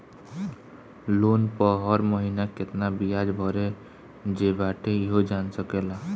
loan पअ हर महिना केतना बियाज भरे जे बाटे इहो जान सकेला